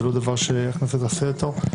זה לא דבר שהכנסת תעשה אותו.